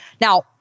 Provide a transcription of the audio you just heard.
Now